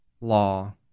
law